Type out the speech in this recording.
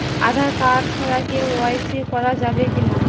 Aadhaar card ছাড়া কে.ওয়াই.সি করা যাবে কি না?